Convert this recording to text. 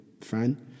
fan